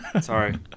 Sorry